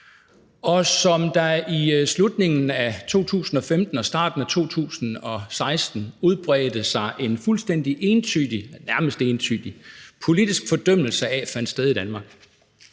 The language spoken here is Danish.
hvilket der i slutningen af 2015 og starten af 2016 bredte sig en fuldstændig entydig, nærmest entydig, politisk fordømmelse af fandt sted i Danmark.